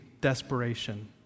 desperation